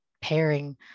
pairing